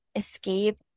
escape